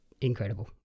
incredible